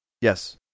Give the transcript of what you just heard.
Yes